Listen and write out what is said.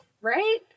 Right